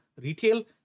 retail